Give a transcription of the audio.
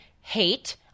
hate